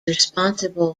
responsible